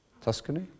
Tuscany